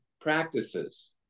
practices